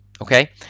okay